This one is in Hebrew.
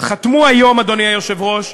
חתמו היום, אדוני היושב-ראש,